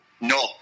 No